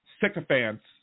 sycophants